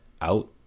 out